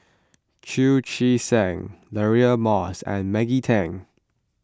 Chu Chee Seng Deirdre Moss and Maggie Teng